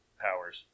powers